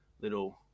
little